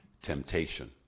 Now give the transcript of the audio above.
temptation